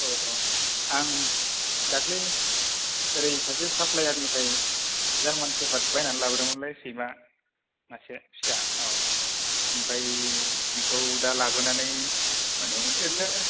औ औ आं दाखलै ओरै सासे साफलाइयारनिफ्राय जारमान सेफारद बायना लाबोदोंमोनलै सैमा मासे फिसा औ आमफ्राय बिखौ दा लाबोनानै माने ओरैनो